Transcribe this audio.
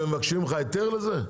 ומבקשים ממך היתר לזה?